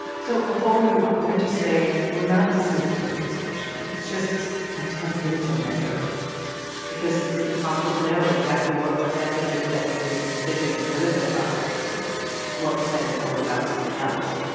so before we move on, let me just say, we're not dismissing the race question. it's just a tough thing to measure because it's impossible to know exactly what percentage of jesse kidder's decision could have been about race and what percentage was about something else.